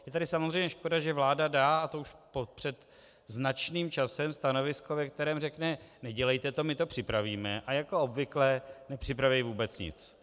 Je tady samozřejmě škoda, že vláda dá, a to před značným časem stanovisko, ve kterém řekne, nedělejte to, my to připravíme a jako obvykle, nepřipraví vůbec nic.